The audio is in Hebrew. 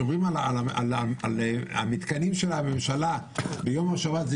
שומרים על המתקנים של הממשלה ביום השבת,